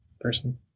person